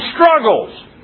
struggles